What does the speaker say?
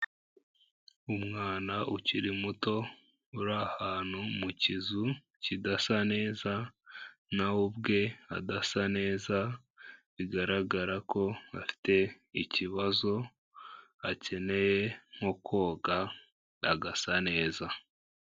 Umwana ukiri muto uri ahantu mu kizu kidasa neza nawe ubwe adasa neza bigaragara ko afite ikibazo akeneye nko koga agasa neza.